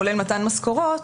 כולל מתן משכורות,